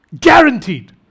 Guaranteed